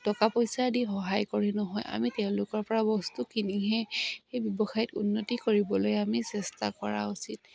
টকা পইচা দি সহায় কৰি নহয় আমি তেওঁলোকৰ পৰা বস্তু কিনিহে সেই ব্যৱসায়ত উন্নতি কৰিবলৈ আমি চেষ্টা কৰা উচিত